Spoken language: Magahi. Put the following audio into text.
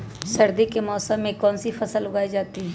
सर्दी के मौसम में कौन सी फसल उगाई जाती है?